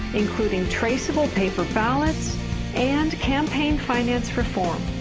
including traceable paper ballot and campaign finance reform.